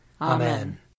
Amen